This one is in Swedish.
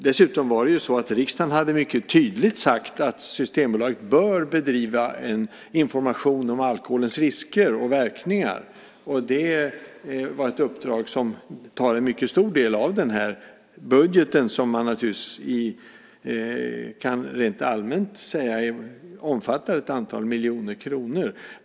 Dessutom har riksdagen mycket tydligt sagt att Systembolaget bör bedriva information om alkoholens risker och verkningar - ett uppdrag som tar en mycket stor del av budgeten, som rent allmänt kan sägas omfatta ett antal miljoner kronor.